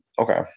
Okay